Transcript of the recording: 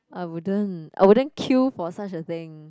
I wouldn't I wouldn't queue for such a thing